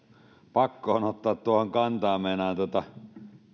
pakko on ottaa tuohon kantaa meinaan että